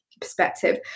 perspective